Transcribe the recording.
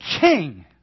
king